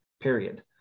period